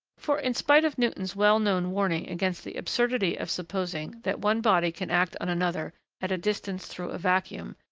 for, in spite of newton's well-known warning against the absurdity of supposing that one body can act on another at a distance through a vacuum,